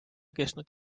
kestnud